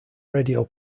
radio